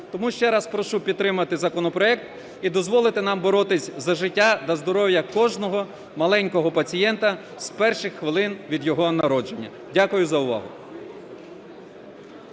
Тому ще раз прошу підтримати законопроект і дозволити нам боротися за життя та здоров'я кожного маленького пацієнта з перших хвилин від його народження. Дякую за увагу.